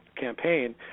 campaign